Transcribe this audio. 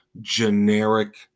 generic